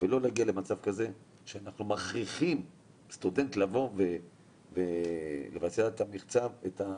ולא להגיע למצב כזה שאנחנו מכריחים סטודנט לבוא ולבצע את המבחן